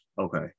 Okay